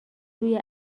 روی